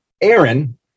aaron